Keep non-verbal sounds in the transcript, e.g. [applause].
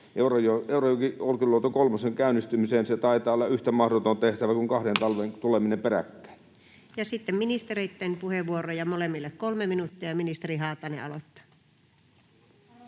Eurajoen Olkiluoto kolmosen käynnistyminen taitaa olla yhtä mahdoton tehtävä kuin kahden talven [noise] tuleminen peräkkäin? Ja sitten ministereitten puheenvuorot, ja molemmille 3 minuuttia. — Ja ministeri Haatainen aloittaa.